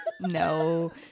no